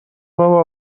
بابا